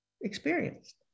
experienced